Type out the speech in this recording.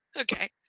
Okay